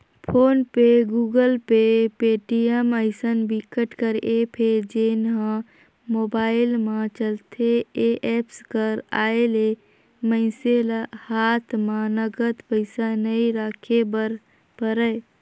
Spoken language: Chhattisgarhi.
फोन पे, गुगल पे, पेटीएम अइसन बिकट कर ऐप हे जेन ह मोबाईल म चलथे ए एप्स कर आए ले मइनसे ल हात म नगद पइसा नइ राखे बर परय